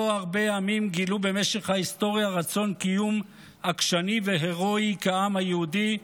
לא הרבה עמים גילו במשך ההיסטוריה רצון קיום עקשני והירואי כעם היהודי,